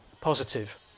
positive